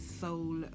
soul